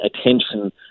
attention